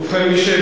ובכן,